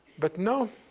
but, now,